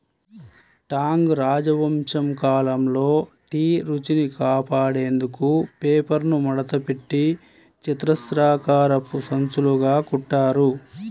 Tang రాజవంశం కాలంలో tea రుచిని కాపాడేందుకు పేపర్ను మడతపెట్టి చతురస్రాకారపు సంచులుగా కుట్టారు